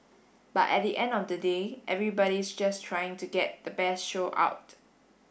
but at the end of the day everybody's just trying to get the best show out